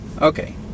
Okay